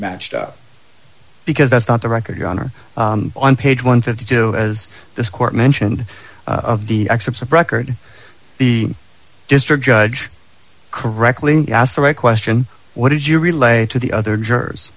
matched up because that's not the record your honor on page one to do as this court mentioned excerpts of record the district judge correctly asked the right question what did you relate to the other jurors